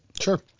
Sure